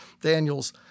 Daniel's